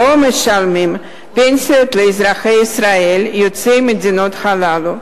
לא משלמות פנסיות לאזרחי ישראל יוצאי המדינות הללו.